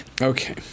Okay